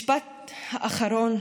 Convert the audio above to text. משפט אחרון,